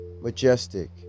majestic